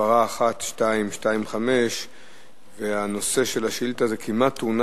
שמספרה 1225. הנושא של השאילתא: כמעט-תאונה